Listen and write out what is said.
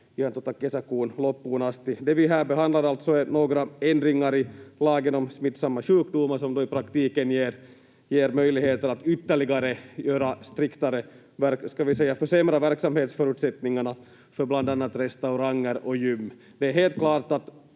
ihan kesäkuun loppuun asti. Det vi här behandlar är alltså några ändringar i lagen om smittsamma sjukdomar som i praktiken ger möjligheter att ytterligare, ska vi säga, försämra verksamhetsförutsättningarna för bland annat restauranger och gym. Det är helt klart att